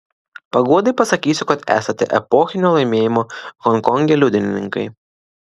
paguodai pasakysiu kad esate epochinio laimėjimo honkonge liudininkai